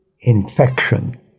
infection